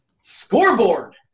Scoreboard